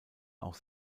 auch